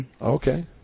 Okay